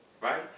Right